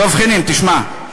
דב חנין, תשמע,